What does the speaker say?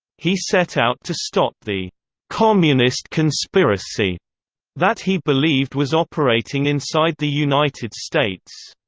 he set out to stop the communist conspiracy that he believed was operating inside the united states.